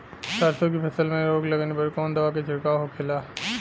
सरसों की फसल में रोग लगने पर कौन दवा के छिड़काव होखेला?